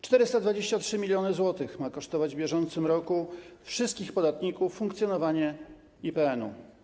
423 mln zł ma kosztować w bieżącym roku wszystkich podatników funkcjonowanie IPN-u.